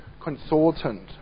consultant